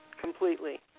completely